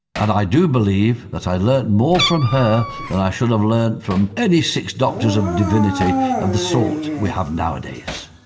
and i do believe that i learnt more from her than i should have learned from any six doctors of divinity of the sort we have nowadays.